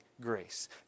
grace